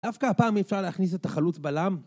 דווקא הפעם אי אפשר להכניס את החלוץ בלם?